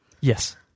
Yes